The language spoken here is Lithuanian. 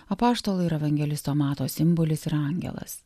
apaštalo ir evangelisto mato simbolis yra angelas